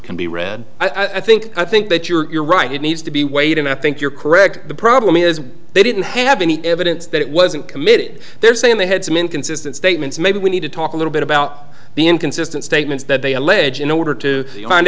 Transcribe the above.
can be read i think i think that you're right it needs to be weighed and i think you're correct the problem is they didn't have any evidence that it wasn't committed they're saying they had some inconsistent statements maybe we need to talk a little bit about the inconsistent statements that they allege in order to find